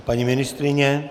Paní ministryně?